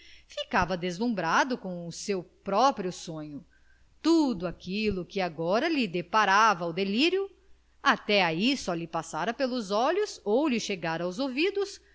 ficava deslumbrado com o seu próprio sonho tudo aquilo que agora lhe deparava o delírio até ai só lhe passara pelos olhos ou lhe chegara aos ouvidos